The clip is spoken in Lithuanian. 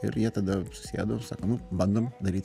ir jie tada susėdo ir sako nu bandom daryt